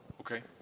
Okay